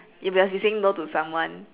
you must be saying no to someone